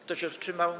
Kto się wstrzymał?